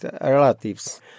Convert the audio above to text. relatives